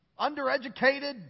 undereducated